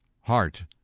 heart